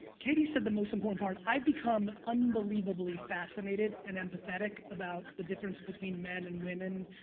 katie said the most important part, i've become unbelievably fascinated and empathetic about the difference between men and women.